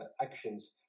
actions